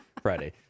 Friday